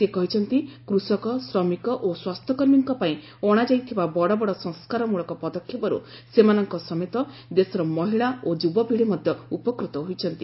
ସେ କହିଛନ୍ତି କୃଷକ ଶ୍ରମିକ ଓ ସ୍ୱାସ୍ଥ୍ୟକର୍ମୀଙ୍କ ପାଇଁ ଅଣାଯାଇଥିବା ବଡ଼ବଡ଼ ସଂସ୍କାରମୂଳକ ପଦକ୍ଷେପରୁ ସେମାନଙ୍କ ସମେତ ଦେଶର ମହିଳା ଓ ଯୁବପିଢ଼ି ମଧ୍ୟ ଉପକୂତ ହୋଇଛନ୍ତି